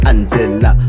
Angela